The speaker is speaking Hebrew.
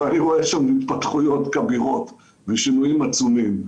ואני רואה שם התפתחויות כבירות ושינויים עצומים.